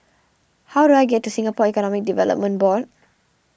how do I get to Singapore Economic Development Board